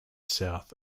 south